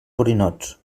borinots